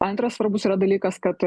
antras svarbus dalykas kad